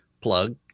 plug